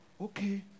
Okay